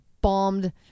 bombed